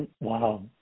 Wow